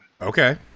okay